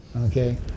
Okay